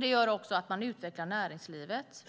Det gör också att man utvecklar näringslivet.